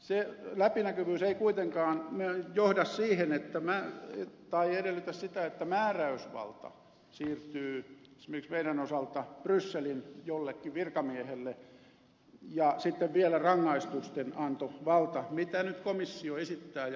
se läpinäkyvyys ei kuitenkaan edellytä sitä että määräysvalta siirtyy esimerkiksi meidän osaltamme brysselin jollekin virkamiehelle ja sitten vielä rangaistustenantovalta mitä komissio nyt esittää ja haluaa